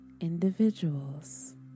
individuals